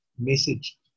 Message